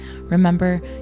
Remember